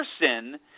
person –